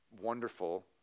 wonderful